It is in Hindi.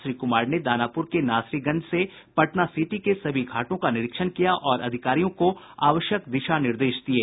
श्री कुमार ने दानापुर के नासरीगंज से पटना सिटी के सभी घाटों का निरीक्षण किया और अधिकारियों को आवश्यक दिशा निर्देश दिये